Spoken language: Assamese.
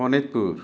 শোণিতপুৰ